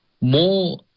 more